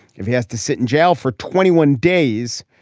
if he has to sit in jail for twenty one days,